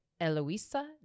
Eloisa